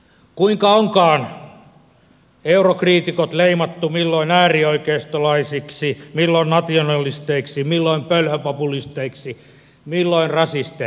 kuinka onkaan eurokriitikot leimattu milloin äärioikeistolaisiksi milloin nationalisteiksi milloin pölhöpopulisteiksi milloin rasisteiksi